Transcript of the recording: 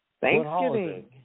Thanksgiving